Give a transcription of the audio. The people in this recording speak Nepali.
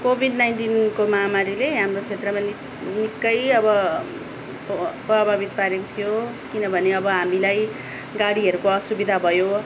कोभिड नाइन्टिनको माहामारीले हाम्रो क्षेत्रमा निक निकै अब प्रभावित पारेको थियो किनभने अब हामीलाई गाडीहरूको असुविधा भयो